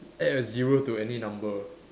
add a zero to any number